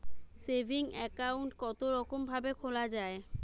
Saving account কতরকম ভাবে খোলা য়ায়?